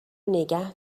نگه